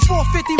450